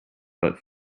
but